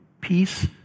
peace